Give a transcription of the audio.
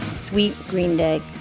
sweet green day.